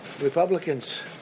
Republicans